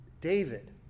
David